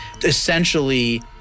essentially